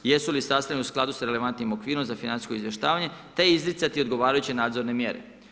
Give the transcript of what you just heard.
Jesu li sastavljeni u skladu sa relevantnim okvirom za financijsko izvještavanje te izricati odgovarajuće nadzorne mjere.